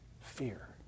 fear